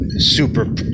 super